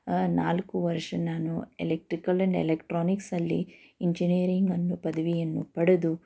ನಾಲ್ಕು ವರ್ಷ ನಾನು ಎಲೆಕ್ಟ್ರಿಕಲ್ ಆ್ಯಂಡ್ ಎಲೆಕ್ಟ್ರಾನಿಕ್ಸಲ್ಲಿ ಇಂಜಿನಿಯರಿಂಗನ್ನು ಪದವಿಯನ್ನು ಪಡೆದು